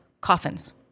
coffins